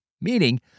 meaning